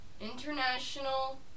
International